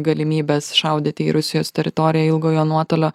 galimybės šaudyti į rusijos teritoriją ilgojo nuotolio